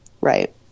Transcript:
Right